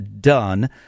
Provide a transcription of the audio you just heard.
done